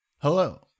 Hello